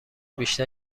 بیشتر